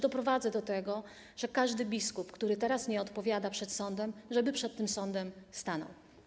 Doprowadzę też do tego, że każdy biskup, który teraz nie odpowiada przed sądem, przed tym sądem stanie.